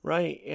Right